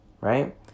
right